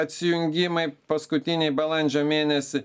atsijungimai paskutinį balandžio mėnesį